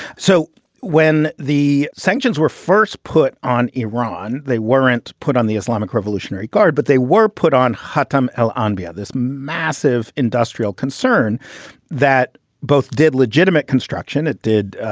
so when the sanctions were first put on iran, they weren't put on the islamic revolutionary guard, but they were put on hatem glanbia. this massive industrial concern that both did legitimate construction, it did,